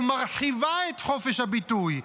ומרחיבה את חופש הביטוי,